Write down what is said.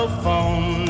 phone